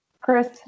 chris